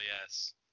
yes